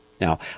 Now